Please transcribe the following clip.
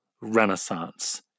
Renaissance